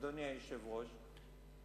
אדוני היושב-ראש,